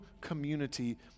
community